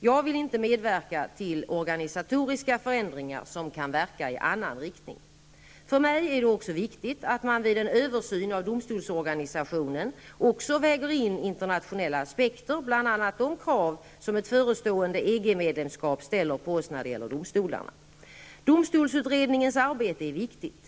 Jag vill inte medverka till organisatoriska förändringar som kan verka i annan riktning. För mig är det också viktigt att man vid en översyn av domstolsorganisationen även väger in internationella aspekter, bl.a. de krav som ett förestående EG-medlemskap ställer på oss när det gäller domstolarna. Domstolsutredningens arbete är viktigt.